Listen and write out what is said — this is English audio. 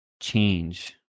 change